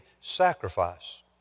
sacrifice